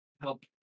help